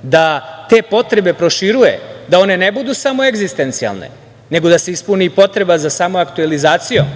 da te potrebe proširuje, da one ne budu samo egzistencijalne, nego da se ispuni potreba za samoaktuelizacijom,